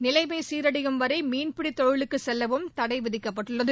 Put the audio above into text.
நிலைமை சீரடையும் வரை மீன்பிடித் தொழிலுககு செல்லவும் தடை விதிக்கப்பட்டுள்ளது